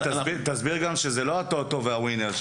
תסביר גם שזה לא הטוטו והווינר.